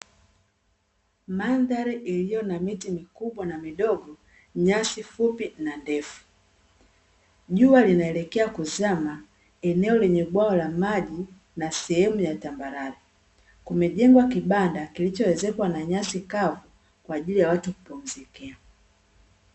Mandhari iloyo na miti mikubwa na midogo nyasi fupi na ndefu. Jua linaelekea kuzama eneo lenye bwawa la maji, na sehemu ya tambarale kumejengwa kibanda kilichoezekwa nyasi kavu kwa ajili ya watu kupumzikia.